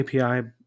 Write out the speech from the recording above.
API